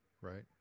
right